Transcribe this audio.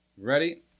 ready